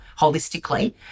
holistically